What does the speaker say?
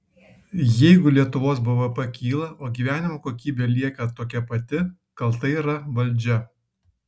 jeigu lietuvos bvp kyla o gyvenimo kokybė lieka tokia pati kalta yra valdžia